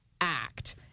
act